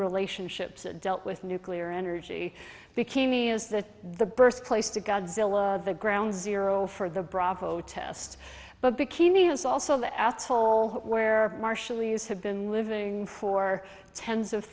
relationships that dealt with nuclear energy bikini is that the birth place to godzilla the ground zero for the bravo test but bikini was also the asshole where marshallese have been living for tens of